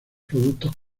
productos